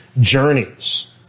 journeys